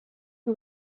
who